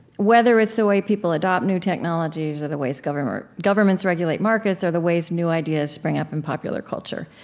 whether it's the way people adopt new technologies, or the ways governments governments regulate markets, or the ways new ideas spring up in popular culture.